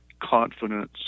confidence